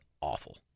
awful